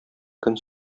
көн